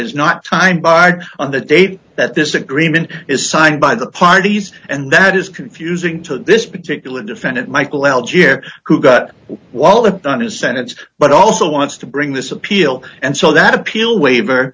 is not time barred on the date that this agreement is signed by the parties and that is confusing to this particular defendant michael algeria who got walloped on his sentence but also wants to bring this appeal and so that appeal waiver